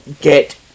get